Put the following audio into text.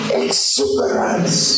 exuberance